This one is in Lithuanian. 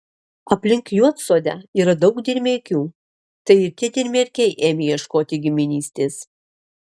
aplink juodsodę yra daug dirmeikių tai ir tie dirmeikiai ėmė ieškoti giminystės